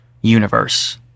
universe